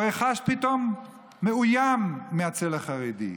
הרי הוא הוא חש פתאום מאוים מהצל החרדי,